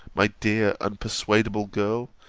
my dear unpersuadable girl,